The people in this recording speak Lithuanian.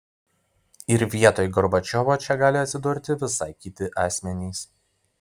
ir vietoj gorbačiovo čia gali atsidurti visai kiti asmenys